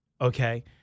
okay